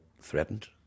threatened